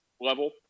level